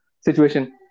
situation